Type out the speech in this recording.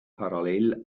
parallel